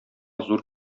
зур